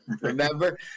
Remember